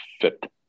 fit